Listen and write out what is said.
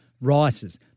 rices